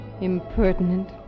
Impertinent